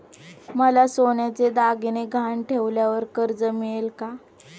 मला सोन्याचे दागिने गहाण ठेवल्यावर कर्ज मिळेल का?